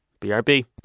BRB